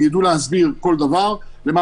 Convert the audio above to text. הם ידעו להסביר כל דבר.